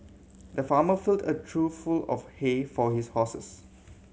the farmer filled a trough full of hay for his horses